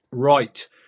Right